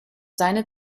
seine